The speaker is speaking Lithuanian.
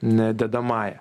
ne dedamąja